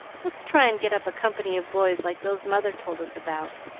let's try and get up a company of boys like those mother told us about,